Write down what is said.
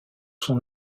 sont